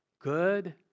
good